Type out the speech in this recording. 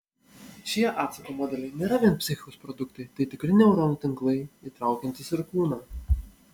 šie atsako modeliai nėra vien psichikos produktai tai tikri neuronų tinklai įtraukiantys ir kūną